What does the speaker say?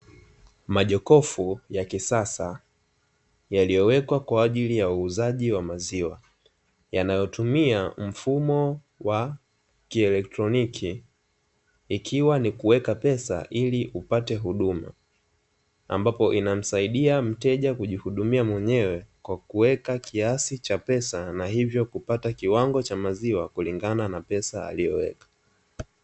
Majokofu ya kisasa yaliyowekwa kwa ajili ya uuzaji wa maziwa yanayotumia mfumo wa kielektroniki, ikiwa ni kuweka pesa ili upate huduma. Ambapo inamsaidia mteja kujihudumia mwenyewe kwa kuweka kiasi cha pesa na hivyo kupata kiwango cha maziwa kulingana na pesa aliyoweka.